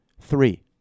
three